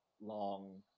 long